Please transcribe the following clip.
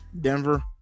Denver